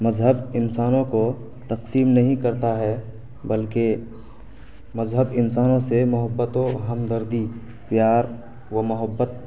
مذہب انسانوں کو تقسیم نہیں کرتا ہے بلکہ مذہب انسانوں سے محبتوں ہمدردی پیار و محبت